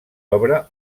obre